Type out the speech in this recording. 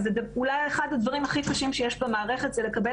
אבל אולי אחד הדברים הכי קשים שיש במערכת הוא לקבל